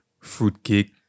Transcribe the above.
fruitcake